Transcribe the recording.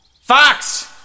Fox